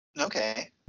Okay